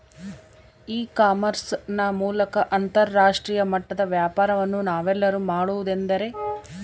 E commerce ನ ಮೂಲಕ ಅಂತರಾಷ್ಟ್ರೇಯ ಮಟ್ಟದ ವ್ಯಾಪಾರವನ್ನು ನಾವೆಲ್ಲರೂ ಮಾಡುವುದೆಂದರೆ?